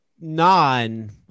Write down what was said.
non